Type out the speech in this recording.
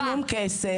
זה בין כה יקרה.